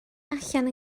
allan